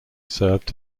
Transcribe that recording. served